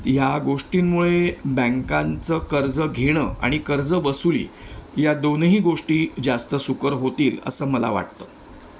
या गोष्टींमुळे बँकांचं कर्ज घेणं आणि कर्ज वसुली या दोनही गोष्टी जास्त सुकर होतील असं मला वाटतं